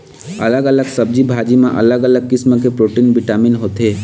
अलग अलग सब्जी भाजी म अलग अलग किसम के प्रोटीन, बिटामिन होथे